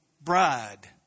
bride